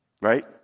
Right